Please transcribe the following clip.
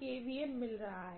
kVA मिल रहा है